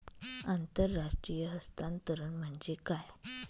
आंतरराष्ट्रीय हस्तांतरण म्हणजे काय?